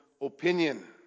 opinion